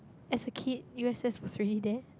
as a kid U_S_S was already there